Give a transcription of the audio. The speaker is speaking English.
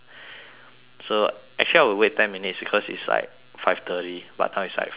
so actually I would wait ten minutes because it's like five thirty but now is like five twenty